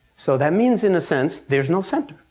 so that means in a sense there's no center.